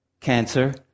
cancer